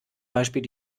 beispiel